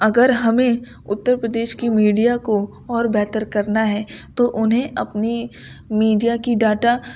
اگر ہمیں اتر پردیش کی میڈیا کو اور بہتر کرنا ہے تو انہیں اپنی میڈیا کی ڈاٹا